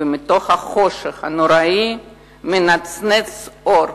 ומתוך החושך הנוראי מנצנץ אור.